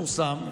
פורסם,